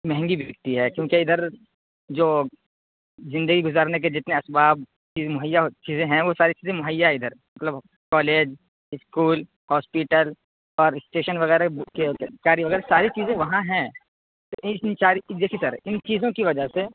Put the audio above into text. مہنگی بکتی ہے چوںکہ ادھر جو زندگی گزارنے کے جتنے اسباب چیز مہیا چیزیں ہیں وہ ساری چیزیں مہیا ہے ادھر مطلب کالج اسکول ہاسپیٹل اور اسٹیشن وغیرہ ساری چیزیں وہاں ہیں دیکھیے سر ان چیزوں کی وجہ سے